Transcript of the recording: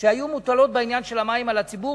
שהיו מוטלות בעניין של המים על הציבור,